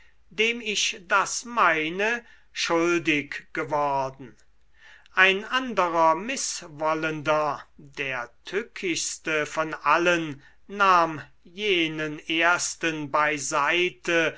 dem ich das meine schuldig geworden ein anderer mißwollender der tückischste von allen nahm jenen ersten